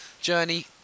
journey